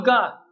God